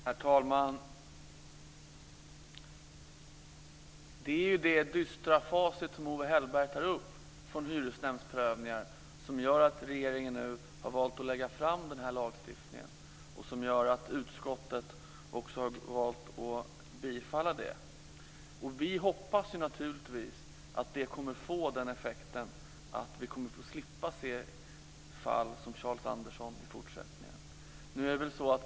Herr talman! Det är det dystra facit från hyresnämndsprövningar som Owe Hellberg tar upp som gör att regeringen nu har valt att lägga fram detta förslag till lagstiftning och som gör att utskottet har valt att bifalla det. Vi hoppas naturligtvis att det kommer att få effekten att vi slipper att se fall som det med Charles Andersson i fortsättningen.